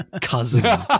cousin